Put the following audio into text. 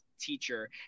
teacher